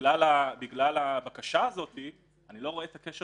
שבגלל הבקשה הזאת אני לא רואה את הקשר